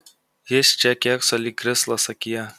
jis čia kėkso lyg krislas akyje